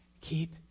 Keep